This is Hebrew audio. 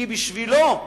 כי בשבילו,